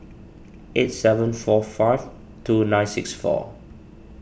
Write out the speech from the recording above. eight seven four five two nine six four